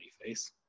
face